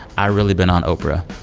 i really been on oprah.